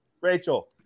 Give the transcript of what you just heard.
Rachel